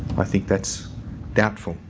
i think that's doubtful.